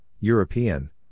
European